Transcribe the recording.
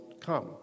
come